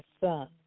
son